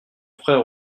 frère